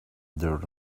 there